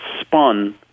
spun